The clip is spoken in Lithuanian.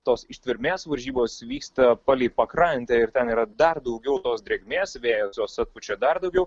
tos ištvermės varžybos vyksta palei pakrantę ir ten yra dar daugiau tos drėgmės vėjas jos atpučia dar daugiau